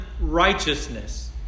Righteousness